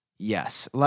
Yes